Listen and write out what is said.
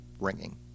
ringing